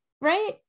right